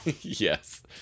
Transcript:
yes